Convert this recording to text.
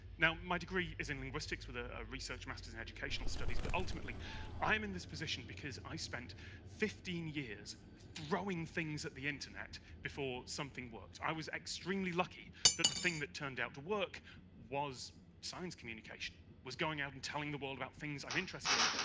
now my degree is in linguistics with a research masters in educational studies. but ultimately i am in this position because i spent fifteen years throwing things at the internet before something worked. i was extremely lucky that the thing that turned out to work was science communication, was going out and telling the world about things i'm interested in.